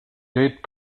date